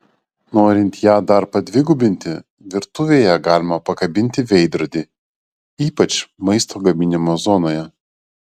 norint ją dar padvigubinti virtuvėje galima pakabinti veidrodį ypač maisto gaminimo zonoje